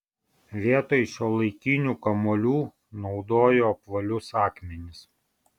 vietoj šiuolaikinių kamuolių naudojo apvalius akmenis